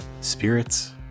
spirits